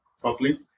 properly